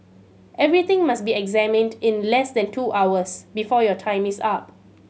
everything must be examined in less than two hours before your time is up